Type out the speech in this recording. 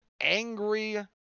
angry